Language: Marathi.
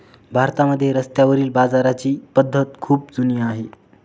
भारतामध्ये रस्त्यावरील बाजाराची पद्धत खूप जुनी आहे